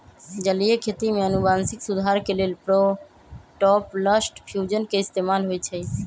जलीय खेती में अनुवांशिक सुधार के लेल प्रोटॉपलस्ट फ्यूजन के इस्तेमाल होई छई